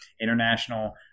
international